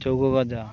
চৌকো বাদাম